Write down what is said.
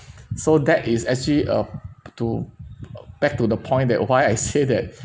so that is actually uh to back to the point that why I say that